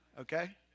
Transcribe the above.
Okay